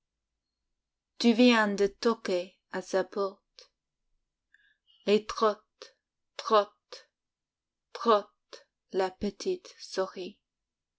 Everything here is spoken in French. tu viens de toquer à sa porte et trotte trotte trotte la petite souris